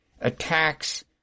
attacks